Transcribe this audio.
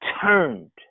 turned